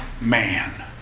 man